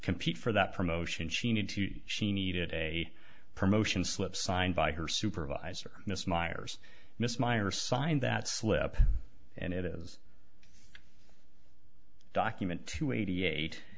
compete for that promotion she needs to she needed a promotion slip signed by her supervisor miss myers miss meyer signed that slip and it is document to eighty eight